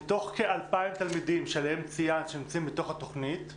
מתוך כ-2,000 תלמידים שציינת שנמצאים בתוכנית,